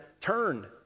turn